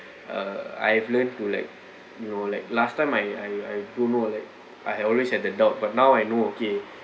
uh I've learned to like you know like last time my I I don't know like I always had the doubt but now I know okay